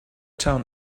town